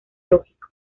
lógico